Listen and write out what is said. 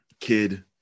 Kid